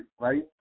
right